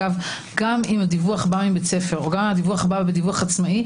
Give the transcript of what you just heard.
גם אם הדיווח בא מבית הספר או גם אם הדיווח בא כדיווח עצמאי,